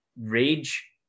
rage